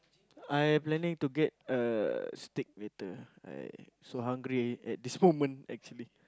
I planning to get a steak later I so hungry already at this moment actually